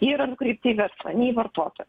jie yra nukreipti į verslą ne į vartotoją